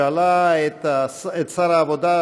שאלה את שר העבודה,